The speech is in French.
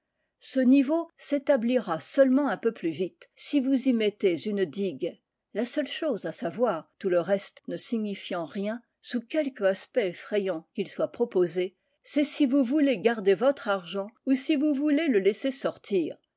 ce niveau s'établira seulement un peu plus vite si vous y mettez une digue la seule chose à savoir tout le reste ne signifiant rien sous quelque aspect effrayant qu'il soit proposé c'est si vous voulez garder votre argent ou si vous voulez le laisser sortir